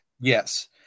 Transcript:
Yes